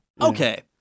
Okay